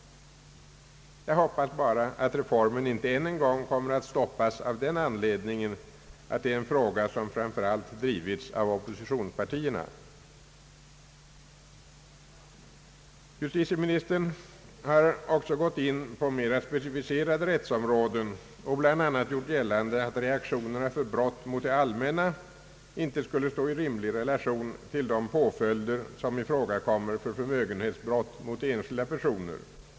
Jag hoppas bara att reformen inte än en gång kommer att stoppas av den anledningen att det är en fråga som framför allt drivits av oppositionspartierna. Justitieministern har också gått in på mer specificerade rättsområden och bl.a. gjort gällande att reaktionerna för brott mot det allmänna icke skulle stå i rimlig relation till de påföljder, som ifrågakommer för förmögenhetsbrott mot enskilda personer.